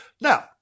Now